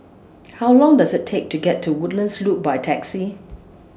How Long Does IT Take to get to Woodlands Loop By Taxi